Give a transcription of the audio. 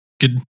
good